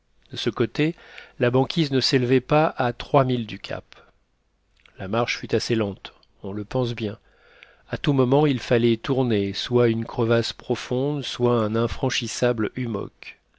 de ce côté la banquise ne s'élevait pas à trois milles du cap la marche fut assez lente on le pense bien à tout moment il fallait tourner soit une crevasse profonde soit un infranchissable